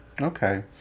okay